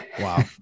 wow